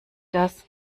das